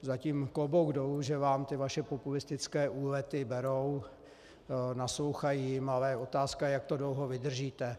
Zatím klobouk dolů, že vám ty vaše populistické úlety berou, naslouchají jim, ale otázka je, jak to dlouho vydržíte.